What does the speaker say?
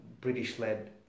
British-led